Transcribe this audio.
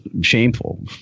shameful